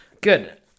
good